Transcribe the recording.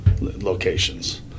locations